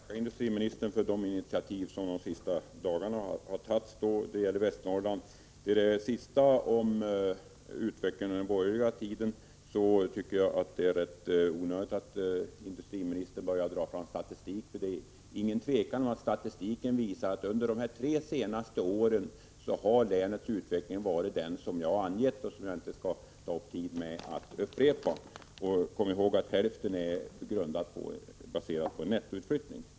Herr talman! Först vill jag tacka industriministern för de initiativ när det gäller Västernorrland som har tagits under de senaste dagarna. Beträffande det sista industriministern sade om utvecklingen under den borgerliga tiden vill jag säga att det är rätt onödigt att industriministern drar fram statistik. Det råder inget tvivel om att statistiken visar att utvecklingen under de tre senaste åren har varit den som jag angett men som jag inte skall ta upp tid med att upprepa. Kom ihåg att hälften av befolkningsminskningen är grundad på nettoutflyttning!